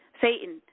Satan